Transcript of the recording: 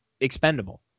expendable